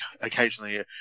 occasionally